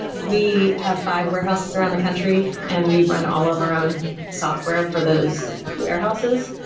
we have five warehouses around the country and we run all of our own software for those warehouses,